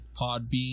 podbean